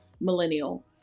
millennial